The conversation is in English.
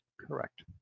Correct